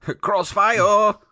Crossfire